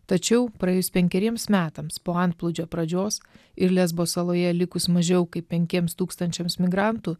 tačiau praėjus penkeriems metams po antplūdžio pradžios ir lesbo saloje likus mažiau kaip penkiems tūkstančiams migrantų